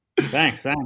thanks